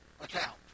account